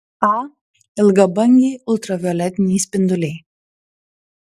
a ilgabangiai ultravioletiniai spinduliai